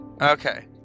Okay